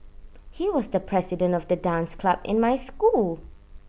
he was the president of the dance club in my school